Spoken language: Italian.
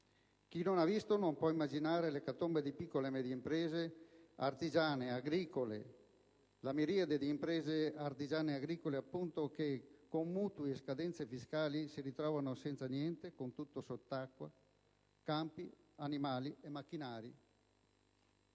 Chi non ha visto non può immaginare l'ecatombe di piccole e medie imprese artigiane e agricole; la miriade di imprese artigiane e agricole appunto che con mutui e scadenze fiscali si ritrovano senza niente, con tutto sott'acqua, campi, animali e macchinari.